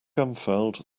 unfurled